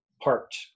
parked